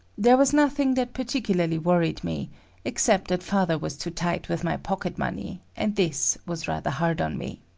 there was nothing that particularly worried me except that father was too tight with my pocket money, and this was rather hard on me.